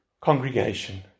congregation